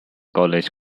college